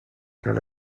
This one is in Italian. erano